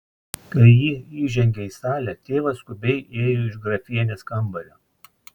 kai ji įžengė į salę tėvas skubiai ėjo iš grafienės kambario